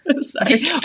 Sorry